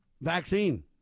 vaccine